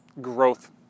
growth